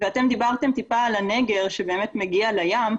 אתם דיברתם טיפה על הנגר שבאמת מגיע לים,